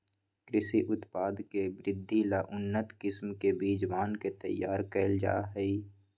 कृषि उत्पाद के वृद्धि ला उन्नत किस्म के बीजवन के तैयार कइल जाहई